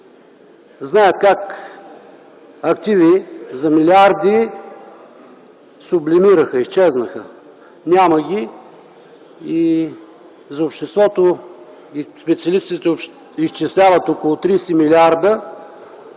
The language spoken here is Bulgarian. знаят как активи за милиарди сублимираха, изчезнаха, няма ги за обществото. Специалистите изчисляват около 30 млрд.